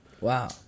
Wow